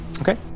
Okay